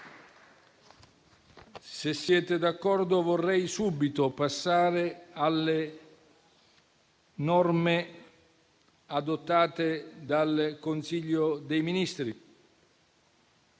se siete d'accordo - vorrei subito passare alle norme adottate dal Consiglio dei ministri.